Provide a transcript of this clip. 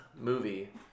movie